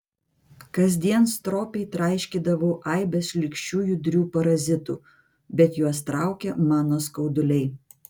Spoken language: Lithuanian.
kasdien stropiai traiškydavau aibes šlykščių judrių parazitų bet juos traukė mano skauduliai